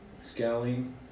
Scaling